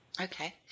okay